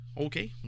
Okay